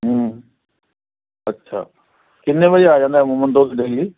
ਅੱਛਾ ਕਿੰਨੇ ਵਜੇ ਆ ਜਾਂਦੇ ਦੁੱਧ ਡੇਲੀ